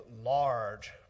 large